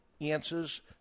answers